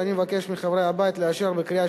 ואני מבקש מחברי הבית לאשר אותה בקריאה